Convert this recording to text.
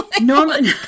Normally